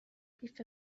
قیف